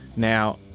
now,